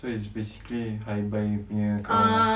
so it's basically hi bye punya kawan